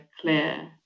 clear